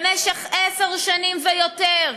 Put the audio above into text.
במשך עשר שנים ויותר